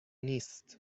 نیست